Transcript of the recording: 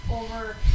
over